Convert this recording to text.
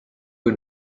kui